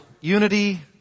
Unity